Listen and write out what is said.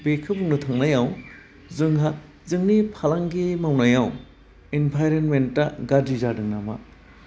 बेखौ बुंनो थांनायाव जोंहा जोनि फालांगि मावनायाव इनभाइर्मेन्टा गाज्रि जादों नामा